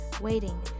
waiting